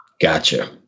Gotcha